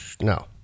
No